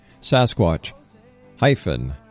sasquatch